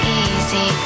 easy